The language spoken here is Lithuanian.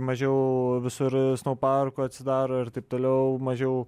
mažiau visur snou parkų atsidaro ir taip toliau mažiau